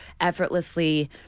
effortlessly